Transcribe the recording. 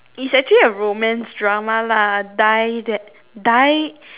is actually a romance drama lah die that die